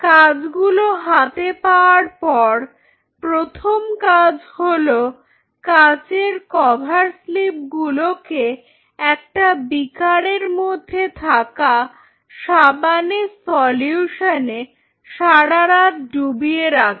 কাঁচ গুলো হাতে পাওয়ার পর প্রথম কাজ হল কাঁচের কভার স্লিপগুলোকে একটা বিকারের মধ্যে থাকা সাবানের সলিউশনে সারারাত ডুবিয়ে রাখা